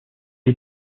est